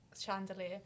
chandelier